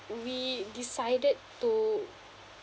we decided to